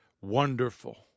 Wonderful